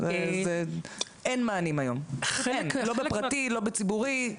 אין מענים היום, לא בפרטי ולא בציבורי.